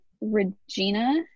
Regina